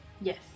Yes